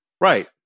Right